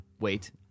Wait